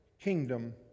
kingdom